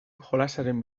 jolasaren